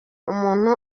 umuntu